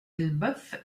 elbeuf